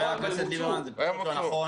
חבר הכנסת ליברמן, זה פשוט לא נכון.